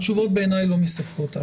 בעיניי התשובות לא מספקות.